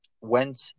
went